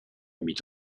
mit